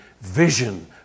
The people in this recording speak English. vision